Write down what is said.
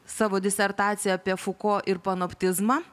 savo disertaciją apie fuko ir ponoptizmą